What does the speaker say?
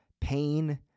pain